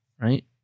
right